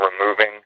removing